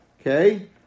okay